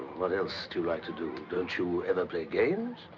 what else do you like to do? don't you ever play games?